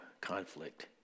conflict